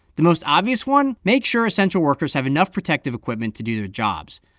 the most obvious one make sure essential workers have enough protective equipment to do their jobs.